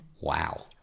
Wow